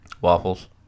Waffles